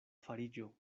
fariĝo